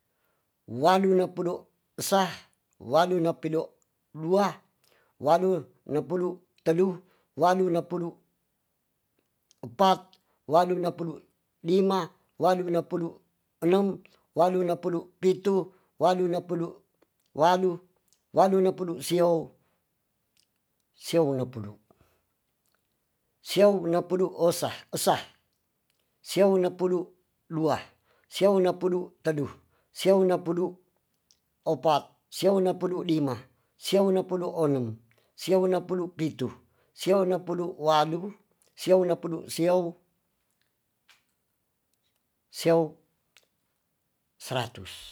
Wadu ne pido sa wadu ne pido dua wadu ne pedu tedu wadu ne pedu epat wadu ne pedu dima wadu ne pedu enung wadu ne pedu pitu wadu ne pedu wadu- wadu nepedu sio-sio neu nepedu sio nepedu osa esa sio nepedu dua sio nepedu tedu sio ne pedu epat sio nepedu dima sio nepedu oneng sio nepedu pitu sio nepedu wadu sio nepedu sio-sio saratus